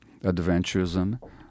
adventurism